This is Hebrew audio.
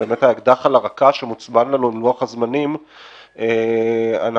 באמת האקדח על הרקה שמוצמד לנו עם לוח הזמנים למעבר אנחנו